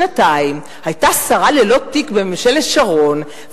שנתיים היתה שרה ללא תיק בממשלת שרון,